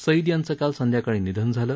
सईद यांचं काल संध्याकाळी निधन झालं